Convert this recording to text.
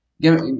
Give